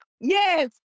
Yes